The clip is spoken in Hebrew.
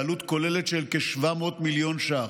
בעלות כוללת של כ-700 מיליון שקלים,